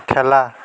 খেলা